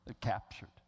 captured